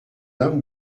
homme